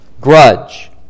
grudge